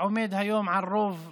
עומד היום על רוב רגיל,